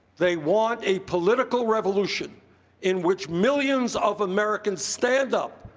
they want a political revolution in which millions of americans stand up,